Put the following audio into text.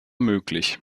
möglich